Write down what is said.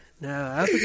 No